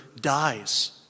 dies